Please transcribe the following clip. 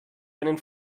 einen